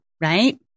right